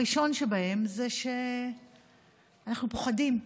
הראשון שבהם זה שאנחנו פוחדים.